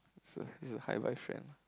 so this is a hi bye friend